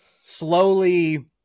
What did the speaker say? slowly